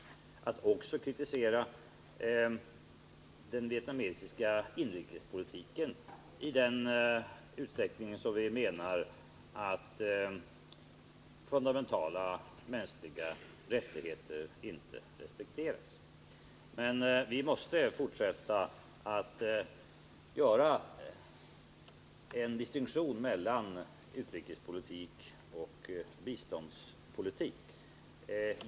Vi förbehåller oss också rätten att kritisera den vietnamesiska inrikespolitiken i den utsträckning som vi menar att fundamentala mänskliga rättigheter inte respekteras. Men vi måste fortsätta att göra en distinktion mellan utrikespolitik och biståndspolitik.